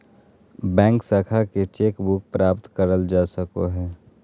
bank शाखा से cheque book प्राप्त करल जा सको हय